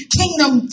kingdom